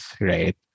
right